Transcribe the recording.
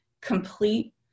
complete